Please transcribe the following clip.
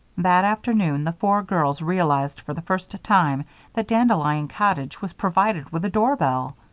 that afternoon the four girls realized for the first time that dandelion cottage was provided with a doorbell.